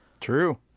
true